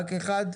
רק אחד?